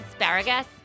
asparagus